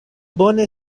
bone